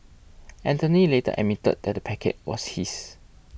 Anthony later admitted that the packet was his